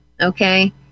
Okay